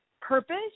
purpose